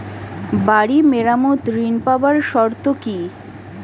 বাড়ি মেরামত ঋন পাবার শর্ত কি?